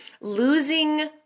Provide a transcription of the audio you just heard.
losing